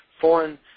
foreign